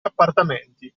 appartamenti